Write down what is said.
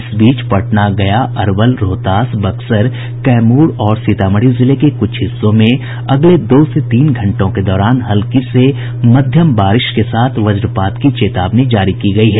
इस बीच पटना गया अरवल रोहतास बक्सर कैमूर सीतामढ़ी जिले के कुछ हिस्सों में अगले दो से तीन घंटों के दौरान हल्की से मध्यम बारिश के साथ वज्रपात की चेतावनी जारी की गयी है